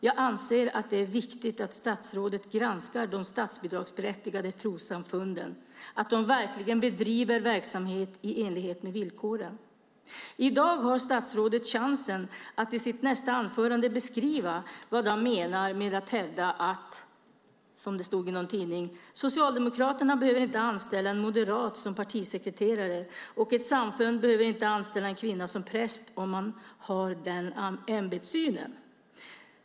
Jag anser att det är viktigt att statsrådet granskar de statsbidragsberättigade trossamfunden, att de verkligen bedriver verksamhet i enlighet med villkoren. I dag har statsrådet chansen att i sitt nästa inlägg beskriva vad han menade med att hävda att, som det stod i någon tidning, Socialdemokraterna inte behöver anställa en moderat som partisekreterare och att ett samfund inte behöver anställa en kvinna som präst om man har den ämbetssynen.